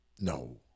no